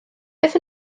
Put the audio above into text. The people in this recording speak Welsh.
beth